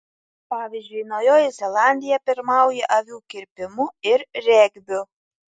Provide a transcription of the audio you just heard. pavyzdžiui naujoji zelandija pirmauja avių kirpimu ir regbiu